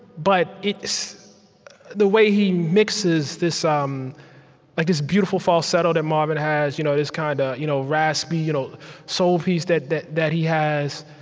but it's the way he mixes this um like this beautiful falsetto that marvin has, you know this kind of you know raspy you know soul piece that that he has,